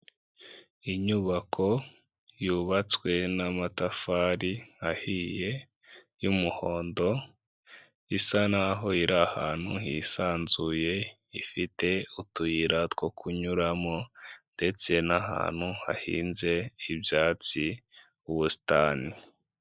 Inyubako yubatswe n'amatafari ahiye y'umuhondo isa naho iri ahantu hisanzuye ifite utuyira two kunyuramo ndetse n'ahantu hahinze ibyatsi by'ubusitani.